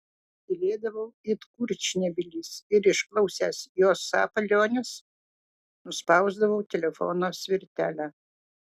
tylėdavau it kurčnebylis ir išklausęs jos sapaliones nuspausdavau telefono svirtelę